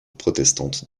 protestante